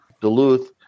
Duluth